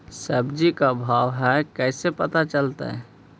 सब्जी के का भाव है कैसे पता चलतै?